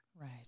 Right